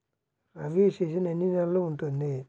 Rabi season ఎన్ని నెలలు ఉంటుంది?